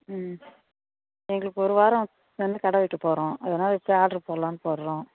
ம் எங்களுக்கு ஒரு வாரம் சென்டு கடை வைக்கப் போகிறோம் அதனால் இப்பவே ஆட்ரு போடலான்னு போடுறோம்